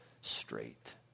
straight